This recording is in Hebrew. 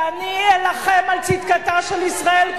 ואני אלחם על צדקתה של ישראל,